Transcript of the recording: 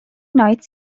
noise